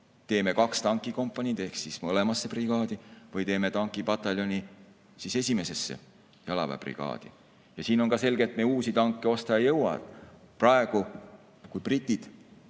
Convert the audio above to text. teeme kaks tankikompaniid ehk [ühe] mõlemasse brigaadi või teeme tankipataljoni esimesse jalaväebrigaadi. Selge on ka see, et me uusi tanke osta ei jõua. Praegu, kui britid